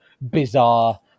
bizarre